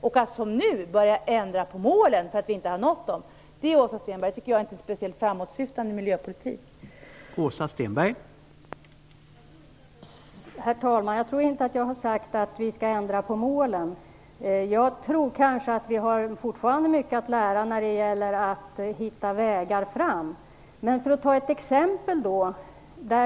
Att, som nu är fallet, börja ändra på målen därför att vi inte har nått dem, är inte en speciellt framåtsyftande miljöpolitik, Åsa Stenberg!